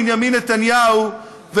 בנימין נתניהו,